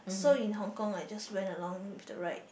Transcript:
so in Hong-Kong I just went along with the ride